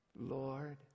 Lord